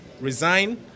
Resign